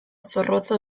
zorrotza